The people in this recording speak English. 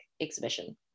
exhibition